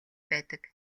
байдаг